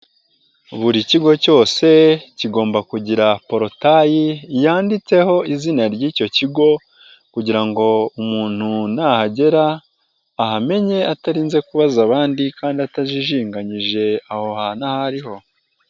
Buri kigo cyose kigomba kugira porotayi yanditseho izina ry'icyo kigo kugira ngo umuntu nahagera ahamenye atarinze kubaza abandi kandi atajijinganyije aho hantu aho ariho.